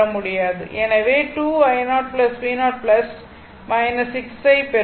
எனவே 2 i0 v0 6 ஐப் பெறுவோம்